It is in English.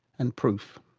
and proof.